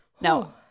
No